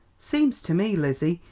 seems to me, lizzie,